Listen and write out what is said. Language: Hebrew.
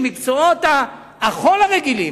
של מקצועות החול הרגילים,